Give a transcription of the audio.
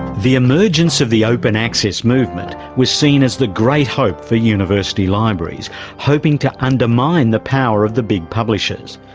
the emergence of the open access movement was seen as the great hope for university libraries hoping to undermine the power of the big publishers,